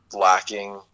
lacking